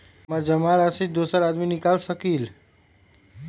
हमरा जमा राशि दोसर आदमी निकाल सकील?